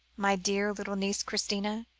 my dear little niece christina?